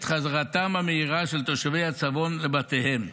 חזרתם המהירה של תושבי הצפון לבתיהם.